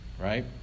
Right